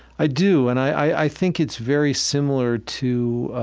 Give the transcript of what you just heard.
i do, and i think it's very similar to